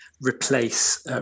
replace